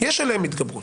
יש עליהם התגברות.